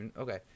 okay